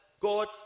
God